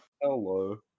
Hello